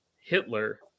Hitler